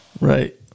Right